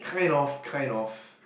kind of kind of